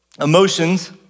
emotions